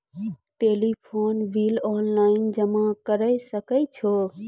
Telephone bill online जमा करै सकै छौ?